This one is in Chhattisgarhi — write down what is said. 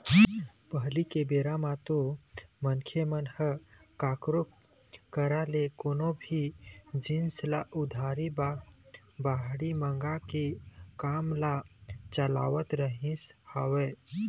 पहिली के बेरा म तो मनखे मन ह कखरो करा ले कोनो भी जिनिस ल उधारी बाड़ही मांग के काम ल चलावत रहिस हवय